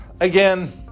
again